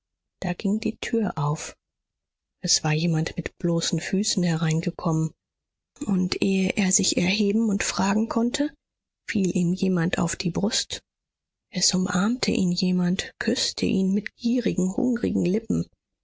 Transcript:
da ging die tür auf es war jemand mit bloßen füßen hereingekommen und ehe er sich erheben und fragen konnte fiel ihm jemand auf die brust es umarmte ihn jemand küßte ihn mit gierigen hungrigen lippen